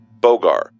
Bogar